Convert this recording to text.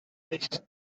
nicht